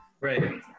Right